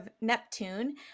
Neptune